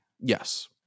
Yes